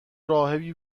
راهبی